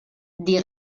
die